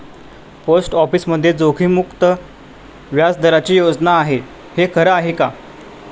Post ऑफिसमध्ये जोखीममुक्त व्याजदराची योजना आहे, हे खरं आहे का?